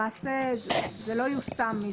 למעשה, זה לא יושם.